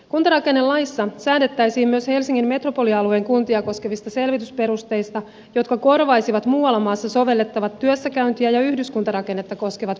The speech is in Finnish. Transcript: kuntarakennelaissa säädettäisiin myös helsingin metropolialueen kuntia koskevista selvitysperusteista jotka korvaisivat muualla maassa sovellettavat työssäkäyntiä ja yhdyskuntarakennetta koskevat perusteet